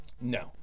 No